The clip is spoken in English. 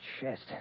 chest